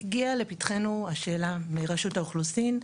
הגיעה לפתחנו השאלה מרשות האוכלוסין,